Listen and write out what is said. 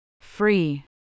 Free